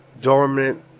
Dormant